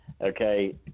okay